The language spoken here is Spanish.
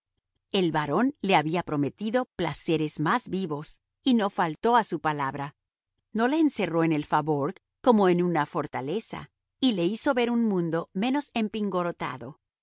el barón le había prometido placeres más vivos y no faltó a su palabra no le encerró en el faubourg como en una fortaleza y le hizo ver un mundo menos